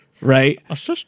right